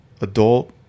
adult